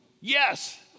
Yes